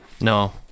No